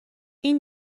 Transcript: این